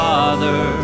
Father